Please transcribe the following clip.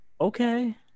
Okay